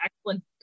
excellent